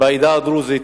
יש לנו בעדה הדרוזית